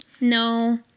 No